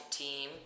team